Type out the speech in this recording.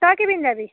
তই কি পিন্ধি যাবি